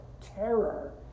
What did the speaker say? terror